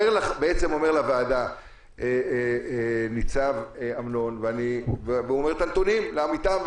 אומר לוועדה ניצב אמנון את הנתונים לאמיתם,